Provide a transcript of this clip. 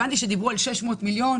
הבנתי שמדובר על מיליארד.